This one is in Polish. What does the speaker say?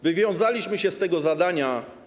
Wywiązaliśmy się z tego zadania.